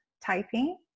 typing